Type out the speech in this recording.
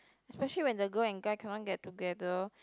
especially when the girl and guy cannot get together